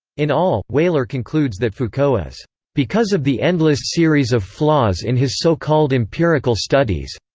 in all, wehler concludes that foucault is because of the endless series of flaws in his so-called empirical studies.